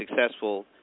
successful